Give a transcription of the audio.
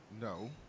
No